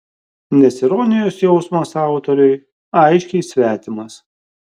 nes ironijos jausmas autoriui aiškiai svetimas